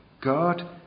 God